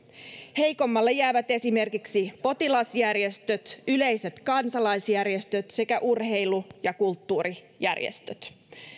heikommalle jäävät esimerkiksi potilasjärjestöt yleiset kansalaisjärjestöt sekä urheilu ja kulttuurijärjestöt